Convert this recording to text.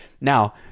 Now